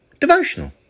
devotional